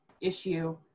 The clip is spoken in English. issue